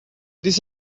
this